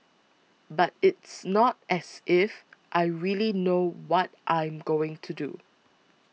but it's not as if I really know what I'm going to do